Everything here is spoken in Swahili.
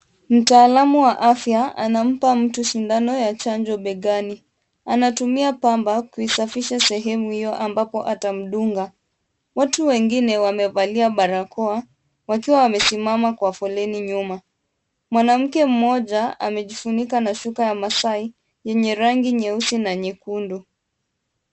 Mtaalamu wa afya anampa mtu sindano ya chanjo begani. Anatumia pamba kuisafisha sehemu hiyo ambapo atamdunga. Watu wengine wamevalia barakoa, wakiwa wamesimama kwa foleni nyuma. Mwanamke mmoja amejifunika na shuka ya masai yenye rangi nyeusi na nyekundu.